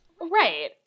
right